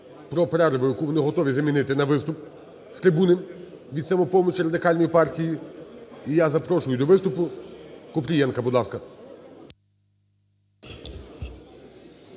про перерву, яку вони готові замінити на виступ з трибуни, від "Самопомочі" і Радикальної партії. І я запрошую до виступу Купрієнка. Будь ласка.